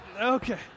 Okay